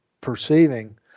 perceiving